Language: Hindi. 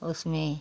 उसमें